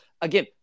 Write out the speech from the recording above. again